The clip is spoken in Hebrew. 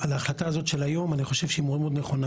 ההחלטה הזאת מהיום שאני חושב שהיא מאוד מאוד נכונה.